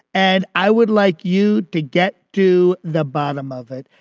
and i would like you to get to the bottom of it.